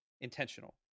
intentional